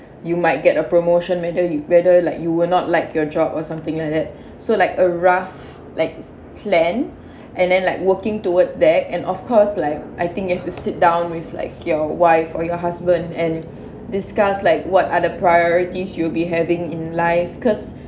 you might get a promotion whether you whether like you will not like your job or something like that so like a rough like plan and then like working towards that and of course like I think you have to sit down with like your wife or your husband and discuss like what other priorities you'll be having in life because